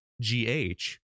G-H